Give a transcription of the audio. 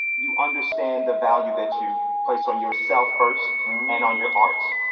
you understand the value that you place on yourself first and on your art,